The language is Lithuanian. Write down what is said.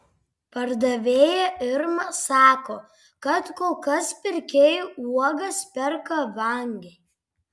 pardavėja irma sako kad kol kas pirkėjai uogas perka vangiai